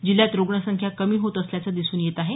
जिल्ह्यात रुग्णसंख्या कमी होत असल्याचे दिसून येत आहे